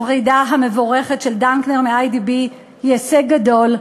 הפרידה המבורכת של דנקנר מ"איי.די.בי" היא הישג גדול,